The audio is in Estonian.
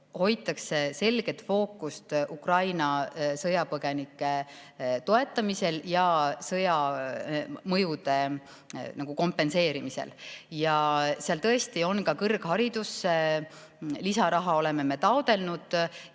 hoitakse selgelt fookust Ukraina sõjapõgenike toetamisel ja sõja mõjude kompenseerimisel. Seal tõesti oleme ka kõrgharidusele lisaraha taotlenud,